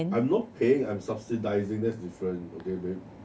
I'm not paying I'm subsidising that's different okay babe